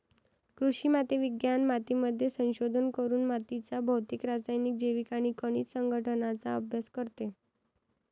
कृषी माती विज्ञान मातीमध्ये संशोधन करून मातीच्या भौतिक, रासायनिक, जैविक आणि खनिज संघटनाचा अभ्यास करते